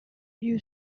few